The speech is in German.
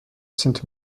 sind